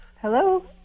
hello